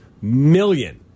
million